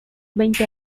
veinte